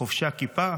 חובשי הכיפה,